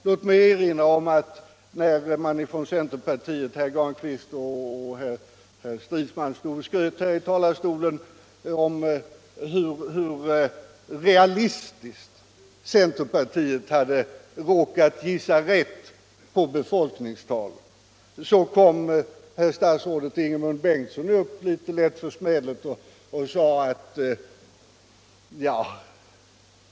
Låt mig erinra om att när centerpartisterna herr Granstedt och herr Stridsman stod här i talarstolen och skröt om hur realistiskt centerpartiet hade råkat gissa i fråga om befolkningstalet, så gick herr statsrådet Ingemund Bengtsson upp och yttrade sig lätt försmädligt.